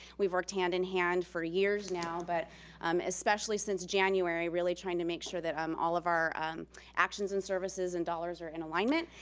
we've worked hand in hand for years now but especially since january really trying to make sure that um all of our actions and services and dollars are in alignment.